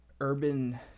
urban